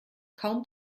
kaum